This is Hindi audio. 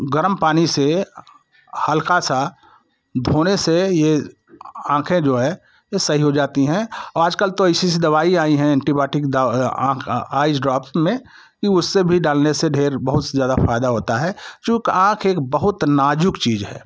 गर्म पानी से हल्का सा धोने से ये आँखें जो है ये सही हो जाती हैं आजकल तो ऐसी सी दवाई आई हैं एंटीबाइटिक दे आँख आ आईज ड्रॉप में कि उससे भी डालने से ढेर बहुत से ज्यादा फायदा होता है चुकीं आँख एक बहुत नाजुक चीज है